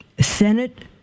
Senate